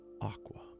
aqua